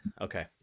Okay